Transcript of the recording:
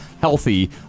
healthy